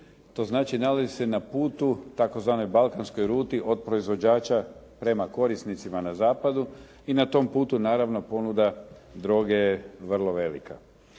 to znači nalazi se na putu tzv. "Balkanskoj ruti" od proizvođača prema korisnicima na zapadu i na tom putu naravno droge je vrlo velika.